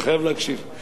אתה חייב להקשיב.